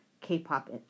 K-pop